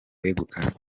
wegukanye